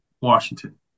Washington